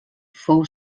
fou